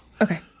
okay